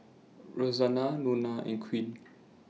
Rosanna Nona and Queen